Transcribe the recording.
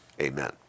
Amen